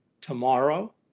tomorrow